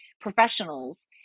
professionals